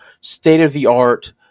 state-of-the-art